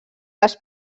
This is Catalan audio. les